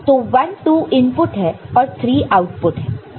तो 1 2 इनपुट है और 3 आउटपुट है